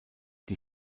die